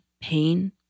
pain